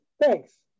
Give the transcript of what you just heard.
thanks